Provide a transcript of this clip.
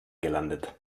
gelandet